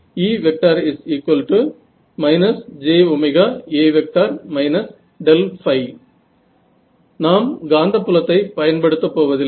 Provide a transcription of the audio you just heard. E jA நாம் காந்தப்புலத்தை பயன்படுத்தப் போவதில்லை